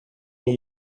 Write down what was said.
neu